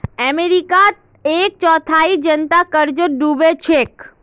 अमेरिकार एक चौथाई जनता कर्जत डूबे छेक